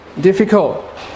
difficult